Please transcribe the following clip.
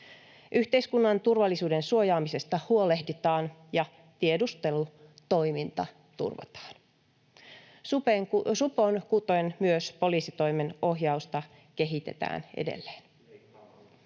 Yhteiskunnan turvallisuuden suojaamisesta huolehditaan, ja tiedustelutoiminta turvataan. Supon, kuten myös muun poliisitoimen, ohjausta kehitetään edelleen.